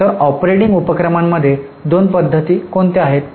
तर ऑपरेटिंग उपक्रमांमध्ये दोन पद्धती कोणत्या दोन पद्धती होती